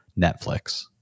Netflix